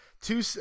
two